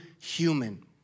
human